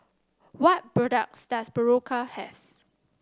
what products does Berocca have